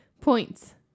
Points